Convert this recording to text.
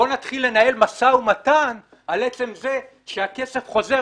בואו נתחיל לנהל משא ומתן על עצם זה שהכסף חוזר.